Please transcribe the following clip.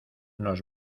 nos